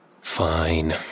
Fine